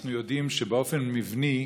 אנחנו יודעים שבאופן מבני,